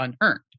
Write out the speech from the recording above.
unearned